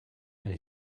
and